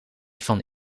van